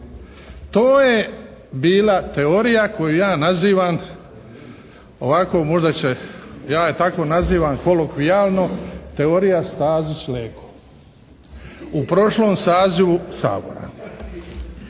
To je bila teorija koju ja nazivam ovako možda će, ja je tako nazivam kolokvijalno Teorija Stazić-Leko u prošlom sazivu Sabora.